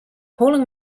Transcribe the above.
calling